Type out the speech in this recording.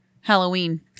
Halloween